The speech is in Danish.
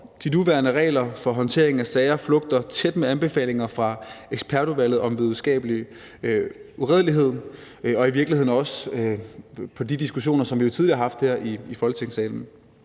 De nuværende regler for håndtering af sager flugter tæt med anbefalinger fra ekspertudvalget om videnskabelig uredelighed og i virkeligheden også med de diskussioner, som vi jo tidligere har haft her i Folketingssalen.